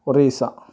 Orissa